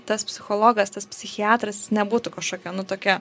tas psichologas tas psichiatras nebūtų kažkokia nu tokia